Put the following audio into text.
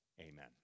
Amen